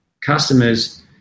customers